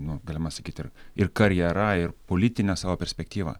nu galima sakyt ir ir karjera ir politine savo perspektyva